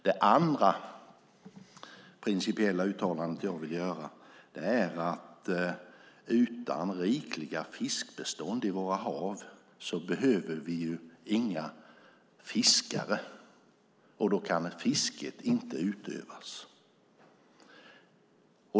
Det andra principiella uttalandet jag vill göra är att vi utan rikliga fiskbestånd i våra hav inte behöver några fiskare, och då kan fisket inte utövas.